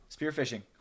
spearfishing